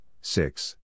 six